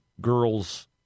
girls